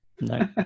No